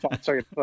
Sorry